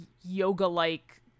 yoga-like